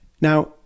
Now